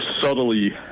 subtly